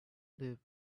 live